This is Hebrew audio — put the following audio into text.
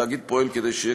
התאגיד פועל כדי שיהיה,